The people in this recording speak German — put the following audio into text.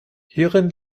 hierin